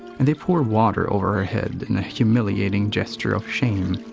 and they pour water over her head in a humiliating gesture of shame.